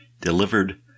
delivered